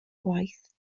gwaith